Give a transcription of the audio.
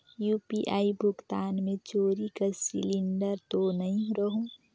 UPI भुगतान मे चोरी कर सिलिंडर तो नइ रहु?